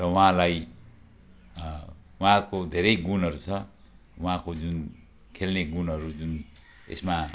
र उहाँलाई उहाँको धेरै गुणहरू छ उहाँको जुन खेल्ने गुणहरू जुन यसमा